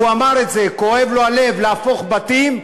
הוא אמר את זה: כואב לו להפוך בתים.